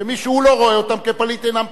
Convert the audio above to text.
שמי שהוא לא רואה אותם כפליטים אינם פליטים.